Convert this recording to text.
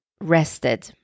rested